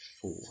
four